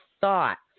thoughts